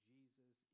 Jesus